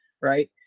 right